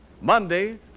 Monday